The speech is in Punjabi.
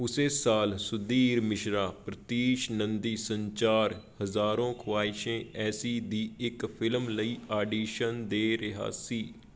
ਉਸੇ ਸਾਲ ਸੁਧੀਰ ਮਿਸ਼ਰਾ ਪ੍ਰੀਤੀਸ਼ ਨੰਦੀ ਸੰਚਾਰ ਹਜ਼ਾਰੋਂ ਖਵਾਇਸ਼ੇ ਐਸੀ ਦੀ ਇੱਕ ਫ਼ਿਲਮ ਲਈ ਆਡੀਸ਼ਨ ਦੇ ਰਿਹਾ ਸੀ